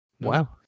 wow